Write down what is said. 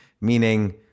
Meaning